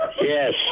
yes